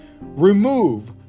remove